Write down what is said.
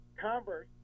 Converse